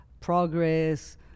progress